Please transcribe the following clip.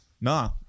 Nah